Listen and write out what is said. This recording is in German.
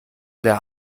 der